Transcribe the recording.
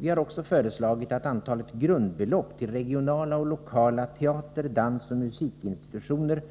Vi har också föreslagit att antalet grundbelopp till regionala och lokala teater-, dansoch musikinstitutioner